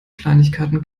kleinigkeiten